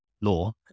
law